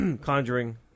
Conjuring